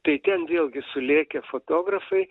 tai ten vėlgi sulėkę fotografai